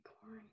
corn